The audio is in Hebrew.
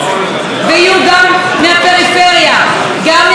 מהפריפריה, גם מיהודה ושומרון וגם נשים?